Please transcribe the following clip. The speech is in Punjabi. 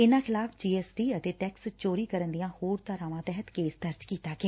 ਇਨੂਾ ਖਿਲਾਫ਼ ਜੀ ਐਸ ਟੀ ਐਕਟ ਅਤੇ ਟੈਕਸ ਚੋਰੀ ਕਰਨ ਦੀਆ ਹੋਰ ਧਰਾਵਾ ਤਹਿਤ ਕੇਸ ਦਰਜ ਕੀਤਾ ਗਿਆ